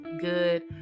good